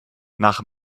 nach